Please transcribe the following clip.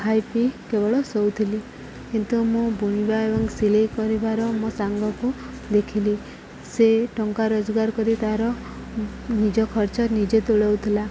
ଖାଇ ପିଇ କେବଳ ଶୋଉଥିଲି କିନ୍ତୁ ମୁଁ ବୁଣିବା ଏବଂ ସିଲେଇ କରିବାର ମୋ ସାଙ୍ଗକୁ ଦେଖିଲି ସେ ଟଙ୍କା ରୋଜଗାର କରି ତା'ର ନିଜ ଖର୍ଚ୍ଚ ନିଜେ ତୁଲାଉଥିଲା